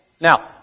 Now